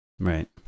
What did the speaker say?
Right